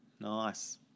Nice